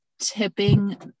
tipping